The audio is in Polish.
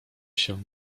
się